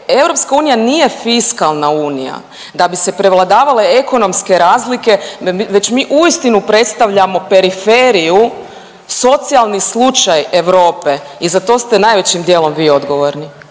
razlika. EU nije fiskalna unija, da bi se prevladavale ekonomske razlike već mi uistinu predstavljamo periferiju, socijalni slučaj Europe i za to ste najvećim dijelom vi odgovorni.